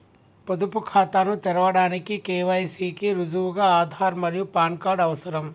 పొదుపు ఖాతాను తెరవడానికి కే.వై.సి కి రుజువుగా ఆధార్ మరియు పాన్ కార్డ్ అవసరం